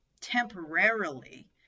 temporarily